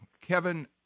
Kevin –